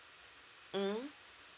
mm